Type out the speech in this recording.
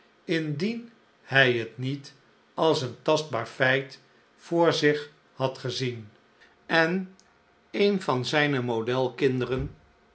indien hij het niet als een tastbaar feit voor zich had gezien en een van zijne model kinderen